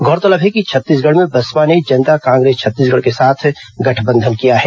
गौरतलब है कि छत्तीसगढ़ में बसपा ने जनता कांग्रेस छत्तीसगढ़ के साथ गठबंधन किया है